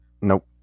Nope